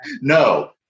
No